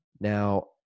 Now